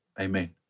Amen